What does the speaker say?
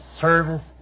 service